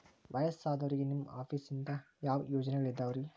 ವಯಸ್ಸಾದವರಿಗೆ ನಿಮ್ಮ ಆಫೇಸ್ ನಿಂದ ಯಾವ ಯೋಜನೆಗಳಿದಾವ್ರಿ?